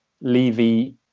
Levy